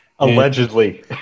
Allegedly